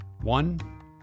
One